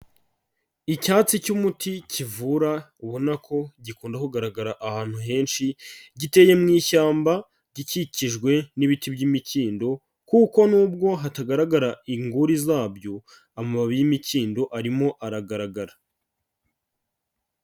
icyatsi cy'umuti kivura ubona ko gikunda kugaragara ahantu henshi giteye mu ishyamba gikikijwe n'ibiti by'imikindo, kuko nubwo hatagaragara inguri zabyo, amababi y'imikindo arimo aragaragara.